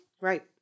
Right